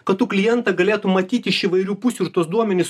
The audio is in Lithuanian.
kad tu klientą galėtum matyti iš įvairių pusių ir tuos duomenis